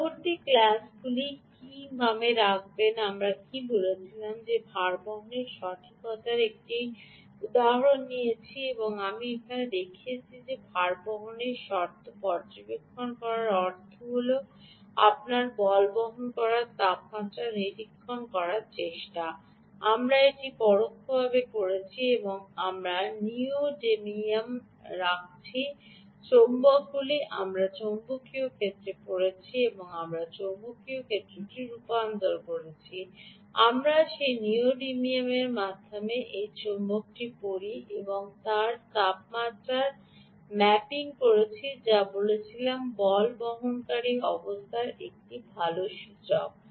পূর্ববর্তী ক্লাসগুলি কী মনে রাখবেন আমরা কী বলেছিলাম যে ভারবহন সঠিকতার একটি উদাহরণ নিয়েছি এবং আমরা এটি দেখিয়েছি যে ভারবহনের ভারবহন শর্ত পর্যবেক্ষণ করার অর্থ আপনি বল বহন করার তাপমাত্রা নিরীক্ষণ করার চেষ্টা করছেন এবং আমরা এটি পরোক্ষভাবে করছি আমরা নিউডিএমিয়াম রাখছি চৌম্বকগুলি আমরা চৌম্বকীয় ক্ষেত্রটি পড়ছি এবং আমরা চৌম্বকীয় ক্ষেত্রটি রূপান্তর করছি আমরা সেই নিউওডিয়ামের মাধ্যমে একটি চৌম্বকটি পড়ি এবং এটি তাপমাত্রায় ম্যাপিং করি যা আমরা বলেছিলাম বল বহনকারী অবস্থার একটি ভাল সূচক